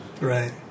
right